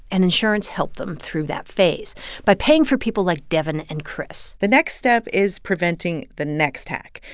and insurance helped them through that phase by paying for people like devon and chris the next step is preventing the next hack.